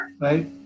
right